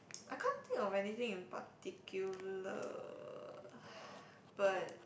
I can't think of anything in particular but